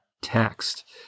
text